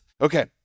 Okay